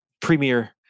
premier